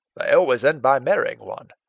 they always end by marrying one.